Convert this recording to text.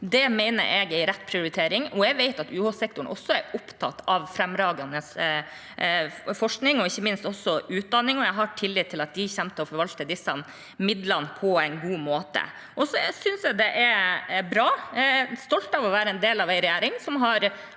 Det mener jeg er rett prioritering. Jeg vet at UHsektoren også er opptatt av fremragende forskning og ikke minst utdanning. Jeg har tillit til at de kommer til å forvalte disse midlene på en god måte. Jeg synes det er bra og er stolt av å være en del av en regjering som har